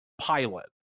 pilot